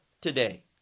today